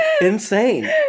Insane